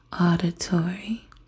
auditory